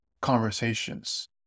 conversations